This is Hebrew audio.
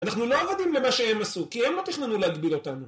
אנחנו לא עבדים למה שהם עשו, כי הם לא תכננו להגביל אותנו